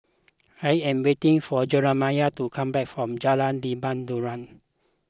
I am waiting for Jerimiah to come back from Jalan Lebat Daun